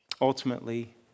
Ultimately